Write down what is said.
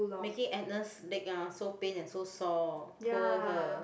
making Agnes leg ah so pain and so sore poor her